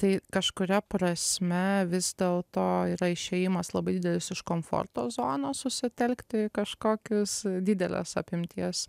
tai kažkuria prasme vis dėlto yra išėjimas labai didelis iš komforto zonos susitelkti į kažkokius didelės apimties